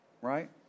right